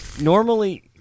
Normally